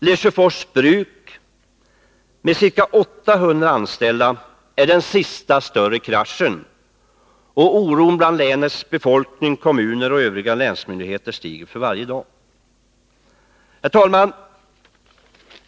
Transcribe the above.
Lesjöfors Bruk med ca 800 anställda är den senaste större kraschen, och oron bland länsbefolkning, kommuner och länsmyndigheter stiger för varje dag.